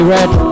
Red